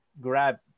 grab